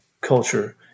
culture